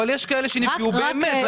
יש כאלה שנפגעו באמת.